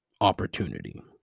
opportunity